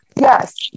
Yes